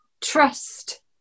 trust